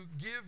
give